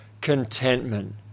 contentment